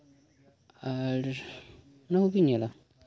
ᱟᱨ ᱱᱚᱣᱟ ᱠᱚᱜᱤᱧ ᱧᱮᱞᱟ